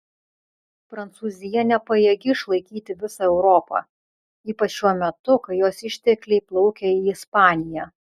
prancūzija nepajėgi išlaikyti visą europą ypač šiuo metu kai jos ištekliai plaukia į ispaniją